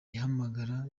ihamagara